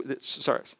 sorry